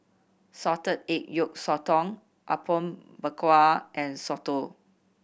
salted egg yolk sotong Apom Berkuah and soto